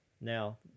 now